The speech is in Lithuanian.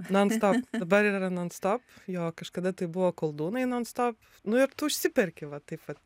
non stop dabar yra non stop jo kažkada tai buvo koldūnai non stop nu ir tu užsiperki va taip vat